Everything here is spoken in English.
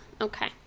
Okay